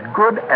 good